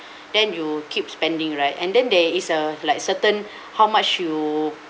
then you keep spending right and then there is a like certain how much you